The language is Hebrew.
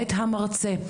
את המרצה.